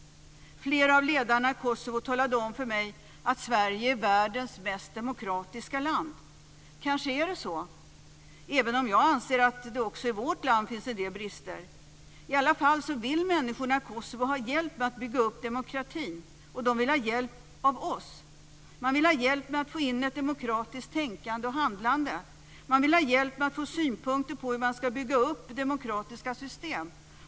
Flera av ledarna i Kosovo talade om för mig att Sverige är världens mest demokratiska land. Kanske är det så, även om jag anser att det också i vårt land finns en del brister. I alla fall vill människorna i Kosovo ha hjälp med att bygga upp demokratin, och de vill ha hjälp av oss. De vill ha hjälp med att få in ett demokratiskt tänkande och handlande. De vill ha hjälp med att få synpunkter på hur de ska bygga upp demokratiska system.